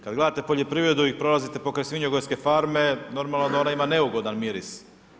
Kad gledate poljoprivredu i prolazite kraj svinjogojske farme, normalno da ona ima neugodan miris.